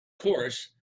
course